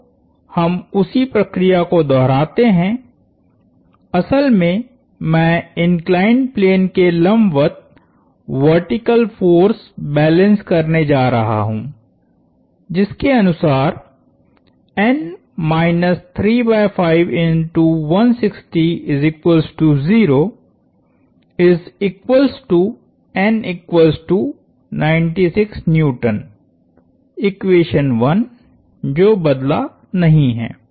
तो हम उसी प्रक्रिया को दोहराते हैं असल में मैं इंक्लाइंड प्लेन के लंबवत वर्टीकल फोर्स बैलेंस करने जा रहा हूं जिसके अनुसार जो बदला नहीं है